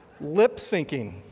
lip-syncing